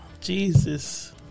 Jesus